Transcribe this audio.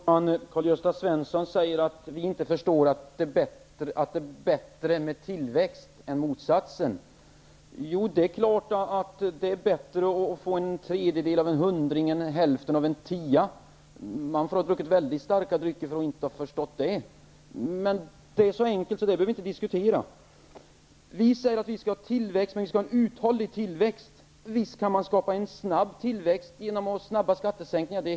Herr talman! Karl-Gösta Svenson säger att vi inte förstår att tillväxt är bättre än motsatsen. Jo, det är klart att det är bättre att få en tredjedel av en hundralapp än hälften av en tia; man får ha druckit mycket starka drycker för att inte förstå det. Det är så enkelt, så det behöver vi inte diskutera. Vi säger att vi skall ha tillväxt, men en uthållig tillväxt. Visst kan man skapa snabb tillväxt genom snabba skattesänkningar.